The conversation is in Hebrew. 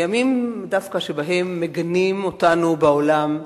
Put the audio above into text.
דווקא בימים שבהם מגנים אותנו בעולם,